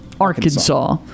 Arkansas